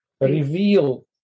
reveal